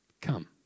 come